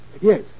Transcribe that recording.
Yes